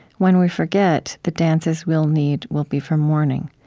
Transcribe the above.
when we forget, the dances we'll need will be for mourning,